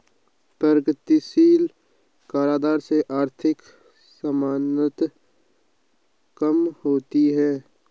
प्रगतिशील कराधान से आर्थिक असमानता कम होती है